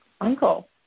Uncle